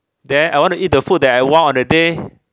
then I want to eat the food that I want on that day